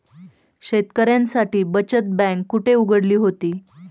शेतकऱ्यांसाठी बचत बँक कुठे उघडली होती?